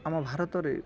ଆମ ଭାରତରେ